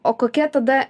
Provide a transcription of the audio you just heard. o kokia tada